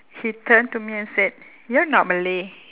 he turned to me and said you're not malay